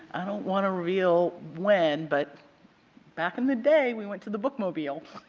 i don't want to reveal when but back in the day, we went to the book mobile.